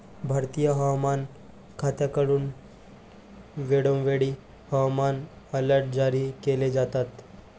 भारतीय हवामान खात्याकडून वेळोवेळी हवामान अलर्ट जारी केले जातात